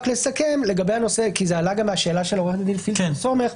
רק לסכם לגבי הנושא כי זה עלה גם משאלת עורכת הדין פילצר סומך.